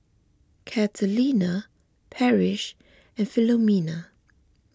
Catalina Parrish and Philomena